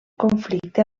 conflicte